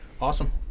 Awesome